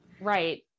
Right